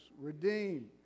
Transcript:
redeemed